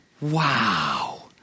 wow